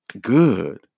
good